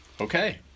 okay